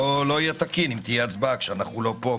לא יהיה תקין אם תהיה הצבעה כשאנחנו לא פה.